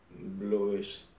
bluish